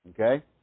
Okay